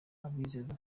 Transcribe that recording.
abizeza